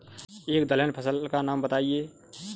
एक दलहन फसल का नाम बताइये